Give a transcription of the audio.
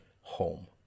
home